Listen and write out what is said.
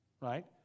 right